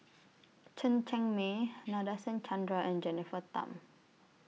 Chen Cheng Mei Nadasen Chandra and Jennifer Tham